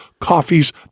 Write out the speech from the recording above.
coffees